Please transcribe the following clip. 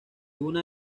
una